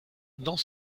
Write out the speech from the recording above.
dans